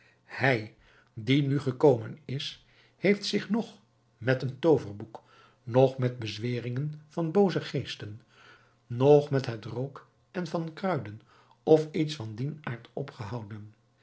hij die nu gekomen is heeft zich noch met een tooverboek noch met bezweringen van booze geesten noch met het rook en van kruiden of iets van dien aard opgehouden